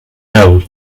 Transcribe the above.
mel